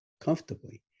comfortably